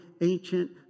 ancient